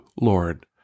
Lord